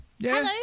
Hello